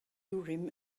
urim